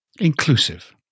Inclusive